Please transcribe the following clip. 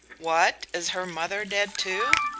what? is her mother dead too?